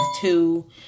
two